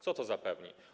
Co to zapewni?